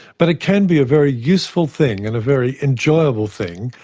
but it can be a very useful thing and a very enjoyable thing,